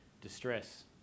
distress